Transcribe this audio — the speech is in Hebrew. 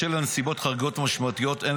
בשל נסיבות חריגות ומשמעותיות שאין